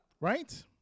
Right